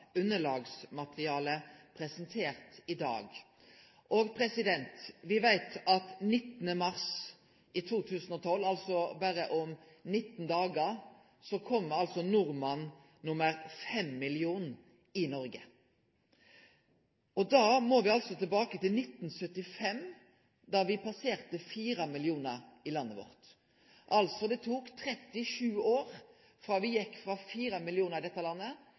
underlagsmaterialet for nettopp Nasjonal transportplan presentert i dag. Me veit at 19. mars i 2012, altså om berre 19 dagar, får me nordmann nr. 5 million i Noreg. I 1975 passerte me 4 millionar i landet vårt. Det tok altså 37 år frå me gjekk frå 4 millionar i dette landet